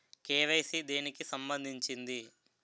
KYC దేనికి సంబందించింది?